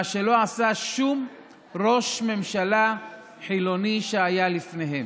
מה שלא עשה שום ראש ממשלה חילוני שהיה לפניהם.